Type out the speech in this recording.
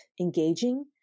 engaging